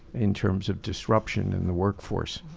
in terms of disruption in the work force.